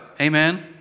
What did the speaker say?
Amen